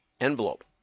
envelope